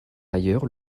ailleurs